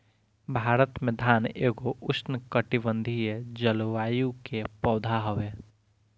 भारत में धान एगो उष्णकटिबंधीय जलवायु के पौधा हवे